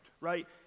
right